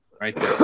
right